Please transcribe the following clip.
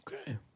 okay